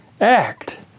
act